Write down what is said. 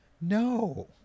no